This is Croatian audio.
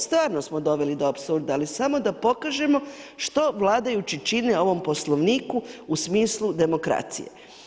Stvarno smo doveli do apsurda, ali samo da pokažemo što vladajući čine ovom Poslovniku u smislu demokracije.